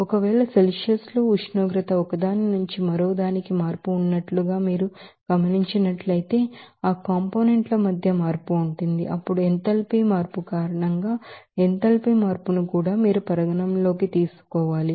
ఒకవేళ సెల్సియస్ లో ఉష్ణోగ్రత ఒకదాని నుంచి మరో దానికి మార్పు ఉన్నట్లుగా మీరు గమనించినట్లయితే ఆ కాంపోనెంట్ ల మధ్య మార్పు ఉంటుంది అప్పుడు ఎంథాల్పీ మార్పు కారణంగా ఎంథాల్పీ మార్పును కూడా మీరు పరిగణనలోకి తీసుకోవాలి